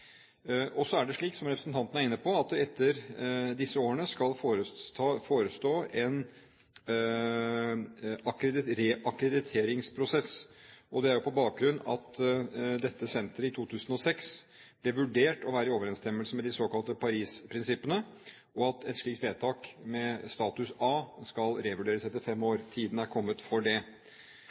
Så er det slik, som representanten er inne på, at det etter disse årene skal forestå en reakkrediteringsprosess, og det er på bakgrunn av at dette senteret i 2006 ble vurdert å være i overensstemmelse med de såkalte Paris-prinsippene, og at et slikt vedtak med status A skal revurderes etter fem år. Tiden er kommet for det.